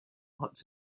what